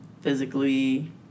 physically